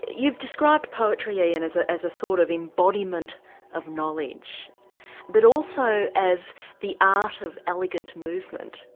you've described poetry, ian, as a as a sort of embodiment of knowledge but also as the art of elegant movement.